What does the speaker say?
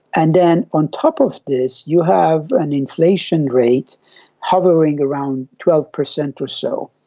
and then on top of this you have an inflation rate hovering around twelve percent or so,